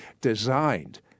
Designed